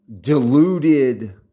deluded